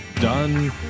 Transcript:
done